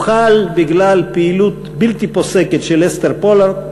הוא חל בגלל פעילות בלתי פוסקת של אסתר פולארד,